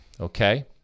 okay